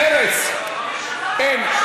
מרצ, אין.